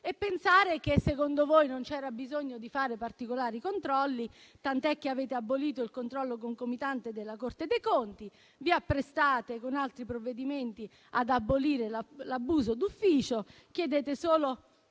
E pensare che, secondo voi, non c'era bisogno di fare particolari controlli, tant'è che avete abolito il controllo concomitante della Corte dei conti, vi apprestate con altri provvedimenti ad abolire l'abuso d'ufficio, chiedete solo